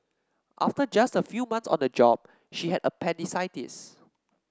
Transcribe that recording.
after just a few months on the job she had appendicitis